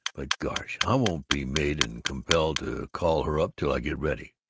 but gosh, i won't be made and compelled to call her up till i get ready.